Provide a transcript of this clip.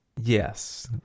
Yes